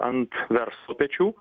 ant verslo pečių